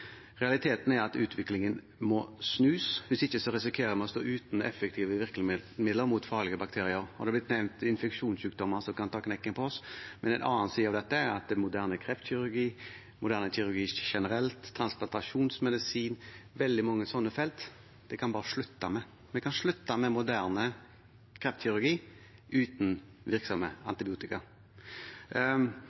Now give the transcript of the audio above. Realiteten er at utviklingen må snus, hvis ikke risikerer vi å stå uten effektive virkemidler mot farlige bakterier. Det har blitt nevnt infeksjonssykdommer som kan ta knekken på oss, men en annen side av dette er at moderne kreftkirurgi, moderne kirurgi generelt, transplantasjonsmedisin – veldig mange slike felt – kan vi bare slutte med. Vi kan slutte med moderne kreftkirurgi uten virksomme antibiotika.